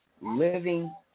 living